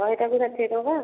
ଶହେଟାକୁ ଷାଠିଏ ଟଙ୍କା